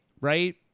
right